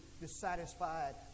dissatisfied